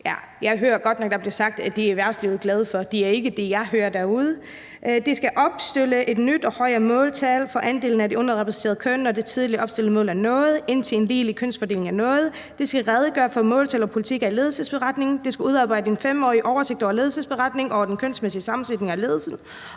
jeg hører godt nok, at der bliver sagt, at det er erhvervslivet glad for, men det er ikke det, jeg hører derude – til at sige, at man skal opstille et nyt og højere måltal for andelen af det underrepræsenterede køn, når det tidligere opstillede mål er nået, indtil en ligelig kønsfordeling er nået; at man skal redegøre for måltal og politikker i ledelsesberetningen; at man i ledelsesberetningen skal udarbejde en 5-årig oversigt over den kønsmæssige sammensætning i ledelsen;